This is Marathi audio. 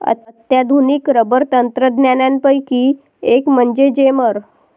अत्याधुनिक रबर तंत्रज्ञानापैकी एक म्हणजे जेमर